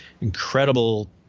incredible